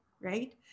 right